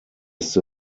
ist